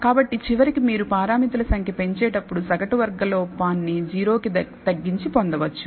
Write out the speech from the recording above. కాబట్టి చివరికి మీరు పారామితుల సంఖ్యను పెంచేటప్పుడు సగటు వర్గ లోపాన్ని 0 కి తగ్గించి పొందవచ్చు